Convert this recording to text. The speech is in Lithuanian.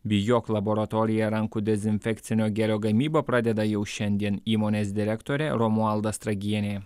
bijok laboratorija rankų dezinfekcinio gelio gamybą pradeda jau šiandien įmonės direktorė romualda stragienė